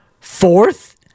fourth